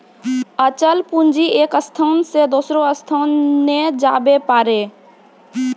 अचल पूंजी एक स्थान से दोसरो स्थान नै जाबै पारै